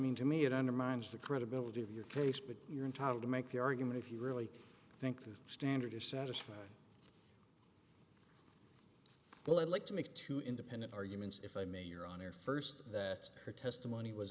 mean to me it undermines the credibility of your case but you're entitled to make the argument if you really think the standard is satisfied well i'd like to make two independent arguments if i may your honor first that her testimony was